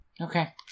Okay